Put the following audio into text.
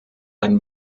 ein